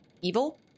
evil